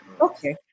okay